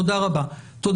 תודה לך.